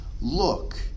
Look